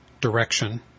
direction